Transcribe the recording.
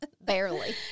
barely